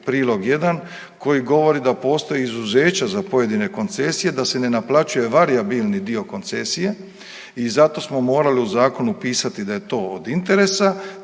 prilog jedan, koji govori da postoji izuzeća za pojedine koncesije da se ne naplaćuje varijabilni dio koncesije i zato smo morali u zakonu pisati da je to od interesa